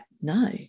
no